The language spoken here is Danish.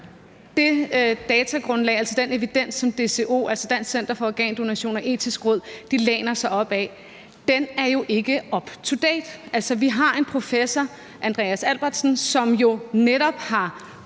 det datagrundlag, altså den evidens som DTO, Dansk Center for Organdonation, og Det Etiske Råd læner sig op ad, og som jo ikke er up to date. Vi har en professor, Andreas Albertsen, som jo netop har kortlagt